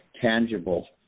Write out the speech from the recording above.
tangible